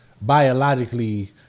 biologically